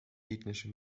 ethnische